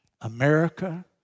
America